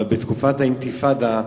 אבל בתקופת האינתיפאדה,